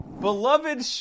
Beloved